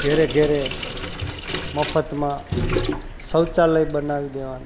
ઘરે ઘરે મફતમાં શૌચાલય બનાવી દેવાના